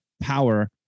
power